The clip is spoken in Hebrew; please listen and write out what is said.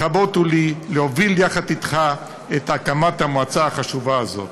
לכבוד הוא לי להוביל יחד אתך את הקמת המועצה החשובה הזאת.